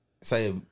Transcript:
say